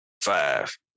five